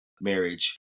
marriage